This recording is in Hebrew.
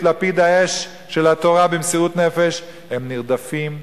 לפיד אש התורה במסירות נפש הם נרדפים,